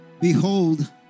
Behold